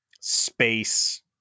space